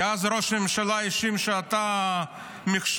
כי אז ראש הממשלה האשים שאתה המכשול